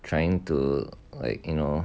trying to like you know